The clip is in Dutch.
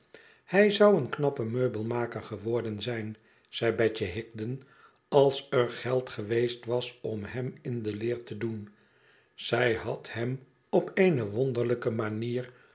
hij zou een knappe meubelmaker geworden zijn zei betje higden als er geld geweest was om hem in de leer te doen zij had hem op eene wonderlijke manier